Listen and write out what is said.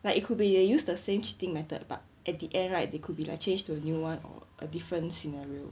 like it could be they use the same cheating method but at the end right they could be like change to a new one or a different scenario